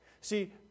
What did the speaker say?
See